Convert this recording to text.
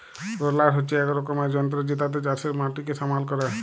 roller হচ্যে এক রকমের যন্ত্র জেতাতে চাষের মাটিকে সমাল ক্যরে